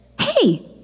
hey